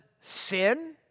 sin